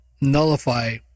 nullify